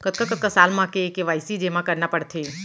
कतका कतका साल म के के.वाई.सी जेमा करना पड़थे?